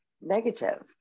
negative